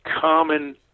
common